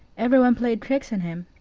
everyone played tricks on him.